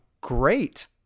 great